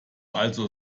also